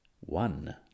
one